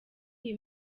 iyi